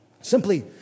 Simply